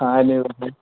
অঁ এনে